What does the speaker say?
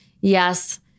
yes